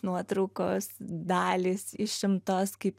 nuotraukos dalys išimtos kaip